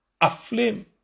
aflame